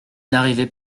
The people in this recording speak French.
n’arrivait